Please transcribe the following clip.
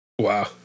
Wow